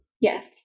Yes